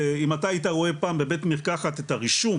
אם אתה היית רואה פעם בבית מרקחת את הרישום